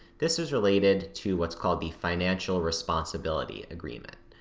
this is related to what's called the financial responsibility agreement,